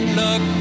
look